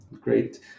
Great